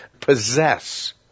possess